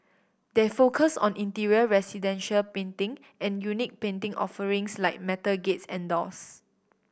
they focus on interior residential painting and unique painting offerings like metal gates and doors